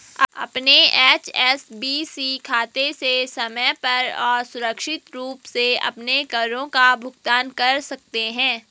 अपने एच.एस.बी.सी खाते से समय पर और सुरक्षित रूप से अपने करों का भुगतान कर सकते हैं